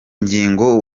ngingo